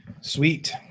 Sweet